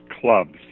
clubs